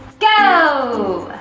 go!